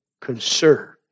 concern